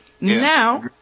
now